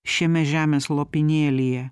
šiame žemės lopinėlyje